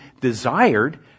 desired